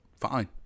fine